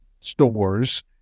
stores